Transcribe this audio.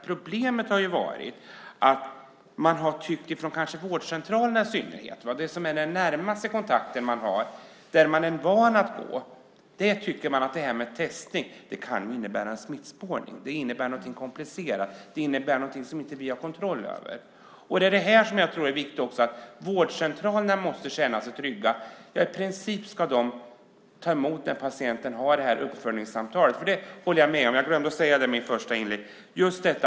Problemet har varit att man kanske i synnerhet på vårdcentralerna, som ju i regel är den närmaste kontakten, tycker att detta med testning kan innebära något komplicerat - smittspårning och så vidare - som man inte har riktig kontroll över. Vårdcentralerna måste känna sig trygga. I princip ska de ta emot en patient och ha uppföljningssamtal. Jag glömde ta upp detta i mitt första inlägg.